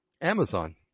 Amazon